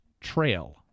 trail